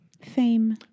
fame